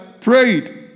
prayed